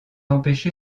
empêché